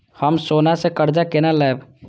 हम सोना से कर्जा केना लैब?